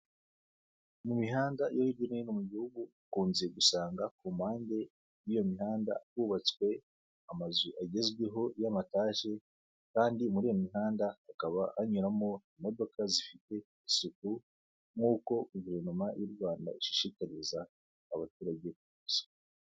Mu mihanda yo hirya no hino gihugu ukunze gusanga ku mpande y'iyo mihanda hubatswe amazu agezweho y'amataje, kandi muri iyo mihanda hakaba hanyuramo imodoka zifite isuku nkuko guverinoma y'u Rwanda ishishikariza abaturage.